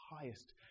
highest